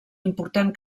important